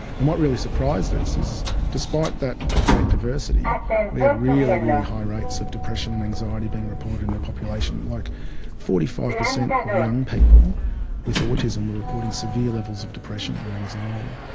and what really surprised us is despite that great diversity we had really, really high rates of depression and anxiety being reported in the population. like forty five percent of young people with autism were severe levels of depression and anxiety.